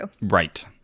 Right